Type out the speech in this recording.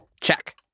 Check